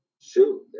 shoot